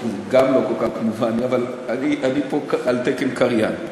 גם לא כל כך מובן לי, אבל אני פה על תקן קריין.